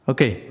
Okay